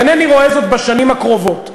אינני רואה זאת בשנים הקרובות,